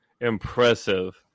impressive